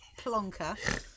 plonker